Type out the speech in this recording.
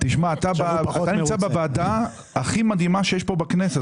תשמע, אתה נמצא בוועדה הכי מדהימה שיש פה בכנסת.